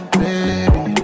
baby